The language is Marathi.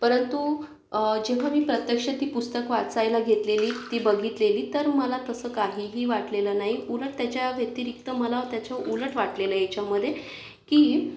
परंतु जेव्हा मी प्रत्यक्ष ती पुस्तक वाचायला घेतलेली ती बघितलेली तर मला तसं काहीही वाटलेलं नाही उलट त्याच्याव्यतिरिक्त मला त्याच्या उलट वाटलेलं याच्यामध्ये की